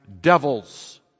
devils